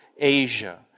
Asia